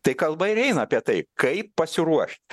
tai kalba ir eina apie tai kaip pasiruošt